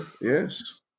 yes